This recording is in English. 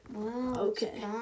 Okay